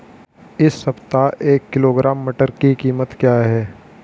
इस सप्ताह एक किलोग्राम मटर की कीमत क्या है?